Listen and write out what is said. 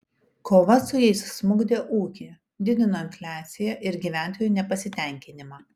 kova su jais smukdė ūkį didino infliaciją ir gyventojų nepasitenkinimą